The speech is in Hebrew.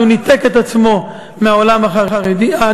הוא ניתק את עצמו מהעולם החילוני,